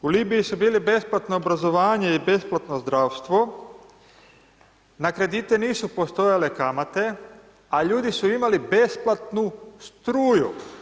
U Libiji su bili besplatno obrazovanje i besplatno zdravstvo, na kredite nisu postojale kamate a ljudi su imali besplatnu struju.